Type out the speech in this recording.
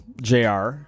Jr